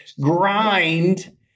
grind